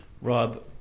Rob